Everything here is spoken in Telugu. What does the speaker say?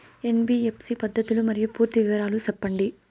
ఎన్.బి.ఎఫ్.సి పద్ధతులు మరియు పూర్తి వివరాలు సెప్పండి?